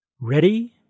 Ready